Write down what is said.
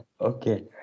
Okay